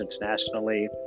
internationally